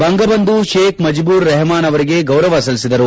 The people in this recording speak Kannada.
ಬಂಗಬಂಧು ಷೇಕ್ ಮಜಿಬೂರ್ ರೆಹಮಾನ್ ಅವರಿಗೆ ಗೌರವ ಸಲ್ಲಿಸಿದರು